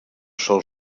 sòl